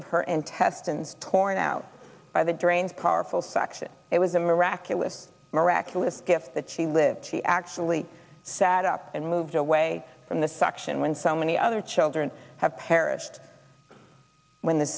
of her intestines torn out by the drains powerful suction it was a miraculous miraculous gift that she lives she actually sat up and moved away from the suction when so many other children have perished when the